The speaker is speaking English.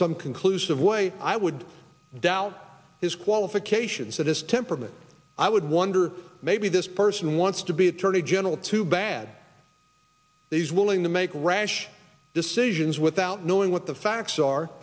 some conclusive way i would doubt his qualifications that his temperament i would wonder maybe this person wants to be attorney general too bad that he's willing to make rash decisions without knowing what the facts are